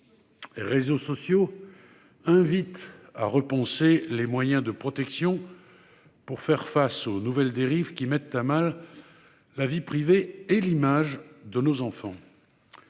des réseaux sociaux invite à repenser les moyens de protection pour faire face aux nouvelles dérives qui mettent à mal la vie privée et l'image de nos enfants.